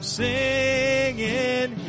singing